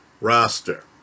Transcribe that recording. roster